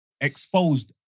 exposed